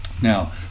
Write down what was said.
now